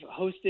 hosted